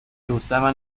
gustaban